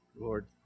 Lord